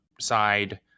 side